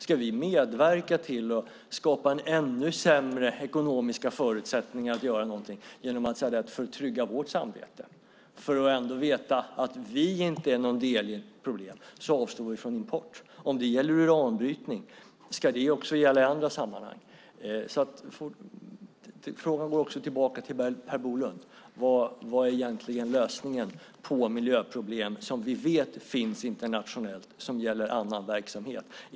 Ska vi medverka till att skapa ännu sämre ekonomiska förutsättningar att göra någonting, för att trygga vårt samvete? Ska vi för att veta att vi inte är en del i problemet avstå från import? Om det gäller uranbrytning, ska det gälla också i andra sammanhang? Frågan går alltså tillbaka till Per Bolund: Vad är egentligen lösningen på miljöproblem som vi vet finns internationellt och som gäller annan verksamhet?